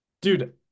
Dude